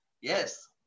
Yes